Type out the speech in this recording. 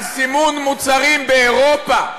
על סימון מוצרים באירופה.